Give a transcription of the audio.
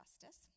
justice